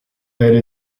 elle